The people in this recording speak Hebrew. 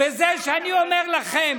בזה שאני אומר לכם: